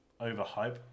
overhype